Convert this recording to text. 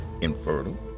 infertile